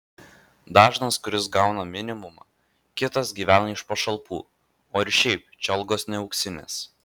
dažnas kuris gauna minimumą kitas gyvena iš pašalpų o ir šiaip čia algos ne auksinės